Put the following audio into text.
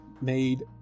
made